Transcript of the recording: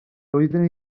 doeddwn